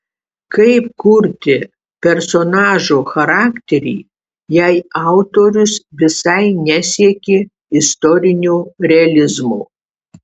kaip kurti personažo charakterį jei autorius visai nesiekė istorinio realizmo